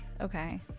okay